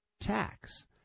tax